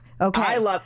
Okay